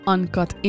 Uncut